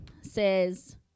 says